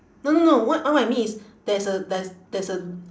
no no no what what I mean is there's a there's there's a